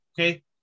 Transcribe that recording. okay